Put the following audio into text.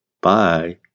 Bye